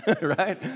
right